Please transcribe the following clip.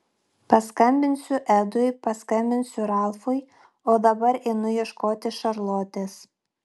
paskambinsiu edui paskambinsiu ralfui o dabar einu ieškoti šarlotės